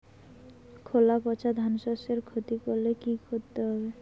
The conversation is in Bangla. খোলা পচা ধানশস্যের ক্ষতি করলে কি করতে হবে?